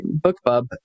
BookBub